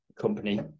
company